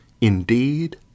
Indeed